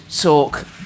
talk